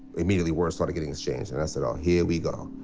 immediately words started getting exchanged. and i said, oh, here we go.